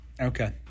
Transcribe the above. okay